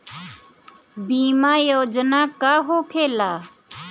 बीमा योजना का होखे ला?